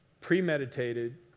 premeditated